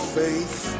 faith